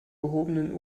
gehobenen